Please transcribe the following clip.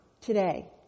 today